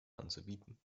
anzubieten